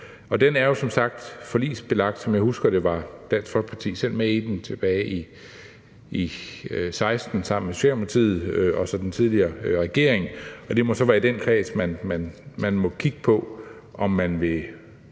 Og det er jo som sagt forligsbelagt, og som jeg husker det, var Dansk Folkeparti selv med i det tilbage i 2016 sammen med Socialdemokratiet og den tidligere regering, og det må så være i den kreds, man må kigge på, om man vil